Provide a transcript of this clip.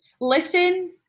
Listen